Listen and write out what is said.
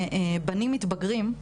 בנים מתבגרים,